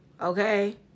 Okay